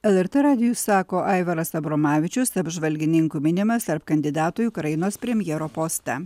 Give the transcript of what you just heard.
lrt radijui sako aivaras abromavičius apžvalgininkų minimas tarp kandidatų į ukrainos premjero postą